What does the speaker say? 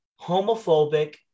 homophobic